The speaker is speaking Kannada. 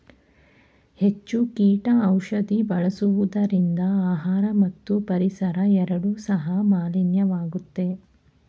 ಹೆಚ್ಚು ಕೀಟ ಔಷಧಿ ಬಳಸುವುದರಿಂದ ಆಹಾರ ಮತ್ತು ಪರಿಸರ ಎರಡು ಸಹ ಮಾಲಿನ್ಯವಾಗುತ್ತೆ